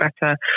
better